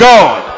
God